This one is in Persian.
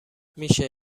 میشه